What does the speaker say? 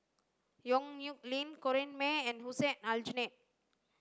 Yong Nyuk Lin Corrinne May and Hussein Aljunied